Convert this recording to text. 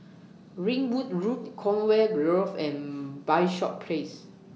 Ringwood Road Conway Grove and Bishops Place